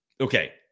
Okay